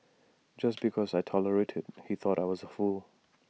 just because I tolerated he thought I was A fool